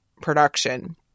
production